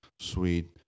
sweet